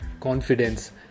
confidence